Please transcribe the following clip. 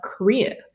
Korea